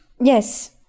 Yes